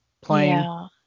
playing